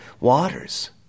waters